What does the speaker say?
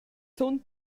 zun